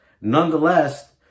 nonetheless